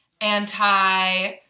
anti-